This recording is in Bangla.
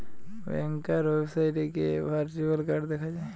ব্যাংকার ওয়েবসাইটে গিয়ে ভার্চুয়াল কার্ড দেখা যায়